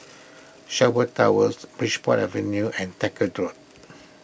Sherwood Towers Bridport Avenue and Road